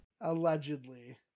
Allegedly